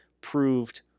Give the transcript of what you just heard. proved